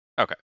okay